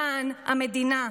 למען המדינה.